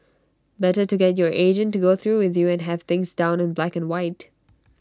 better to get your agent to go through with you and have things down in black and white